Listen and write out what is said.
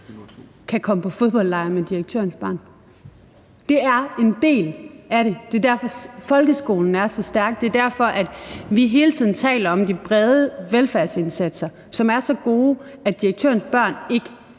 kan komme på fodboldlejr med direktørens barn. Det er en del af det, og det er derfor, folkeskolen er så stærk, og det er derfor, vi hele tiden taler om de brede velfærdsindsatser, som er så gode, at direktørens børn ikke